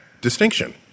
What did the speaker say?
distinction